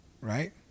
Right